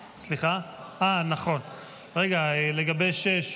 7. לגבי 6,